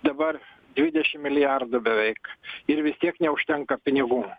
dabar dvidešimt milijardų beveik ir vis tiek neužtenka pinigų